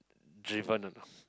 driven a not